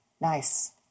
Nice